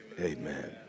amen